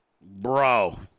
Bro